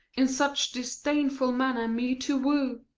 in such disdainful manner me to woo.